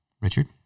Richard